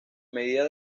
medida